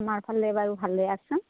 আমাৰ ফালে বাৰু ভালে আছোঁ